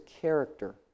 character